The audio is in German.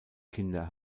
kinder